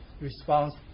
response